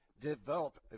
develop